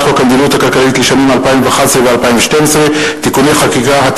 חוק המדיניות הכלכלית לשנים 2011 ו-2012 (תיקוני חקיקה),